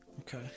Okay